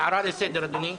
הערה לסדר, אדוני.